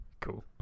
Cool